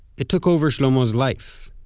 it took over shlomo's life.